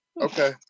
Okay